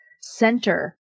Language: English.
center